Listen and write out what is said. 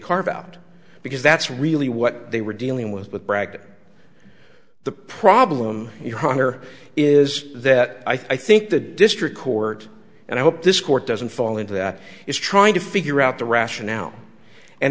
carve out because that's really what they were dealing with with bragger the problem your honor is that i think the district court and i hope this court doesn't fall into that is trying to figure out the rationale and